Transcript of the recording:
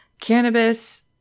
cannabis